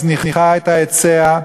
מזניחה את ההיצע.